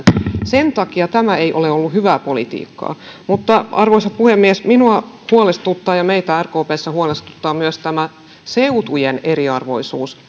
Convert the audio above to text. sen takia tämä ei ole ollut hyvää politiikkaa mutta arvoisa puhemies minua huolestuttaa ja meitä rkpssä huolestuttaa myös tämä seutujen eriarvoisuus